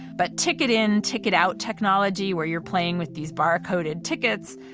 but ticket in, ticket out technology where you are playing with these barcoded tickets,